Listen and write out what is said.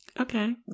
Okay